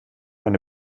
eine